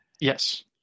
Yes